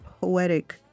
poetic